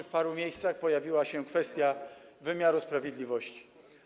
W paru miejscach pojawiła się kwestia wymiaru sprawiedliwości.